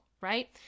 right